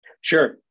Sure